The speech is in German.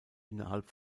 innerhalb